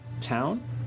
town